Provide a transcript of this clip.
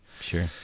Sure